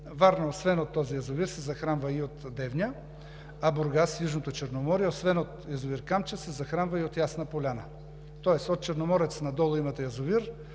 Варна освен от този язовир се захранва и от Девня. Бургас – Южното Черноморие, освен от язовир „Камчия“ се захранва и от „Ясна поляна“, тоест от Черноморец надолу имате язовир,